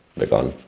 begun